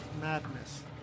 madness